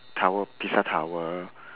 tower pisa tower